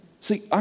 see